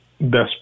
best